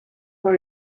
for